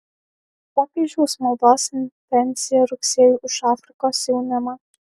popiežiaus maldos intencija rugsėjui už afrikos jaunimą